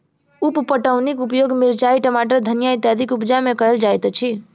उप पटौनीक उपयोग मिरचाइ, टमाटर, धनिया इत्यादिक उपजा मे कयल जाइत अछि